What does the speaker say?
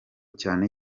cyane